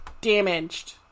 damaged